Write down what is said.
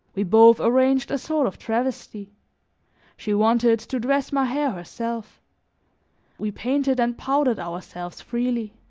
we both arranged a sort of travesty she wanted to dress my hair herself we painted and powdered ourselves freely